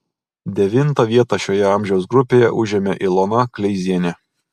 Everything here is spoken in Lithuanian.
devintą vietą šioje amžiaus grupėje užėmė ilona kleizienė